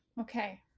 okay